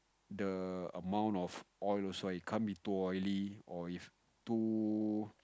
the amount of oil also it can't be too oily or if too